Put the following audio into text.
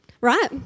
Right